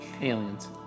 Aliens